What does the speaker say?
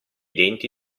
denti